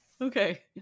Okay